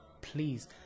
Please